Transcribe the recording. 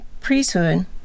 priesthood